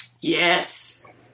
Yes